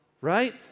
right